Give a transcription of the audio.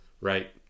right